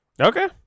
okay